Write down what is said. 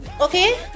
okay